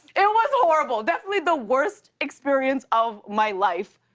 it was horrible, definitely the worst experience of my life.